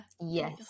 yes